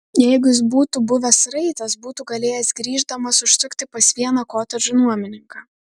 jeigu jis būtų buvęs raitas būtų galėjęs grįždamas užsukti pas vieną kotedžų nuomininką